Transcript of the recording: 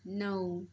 नऊ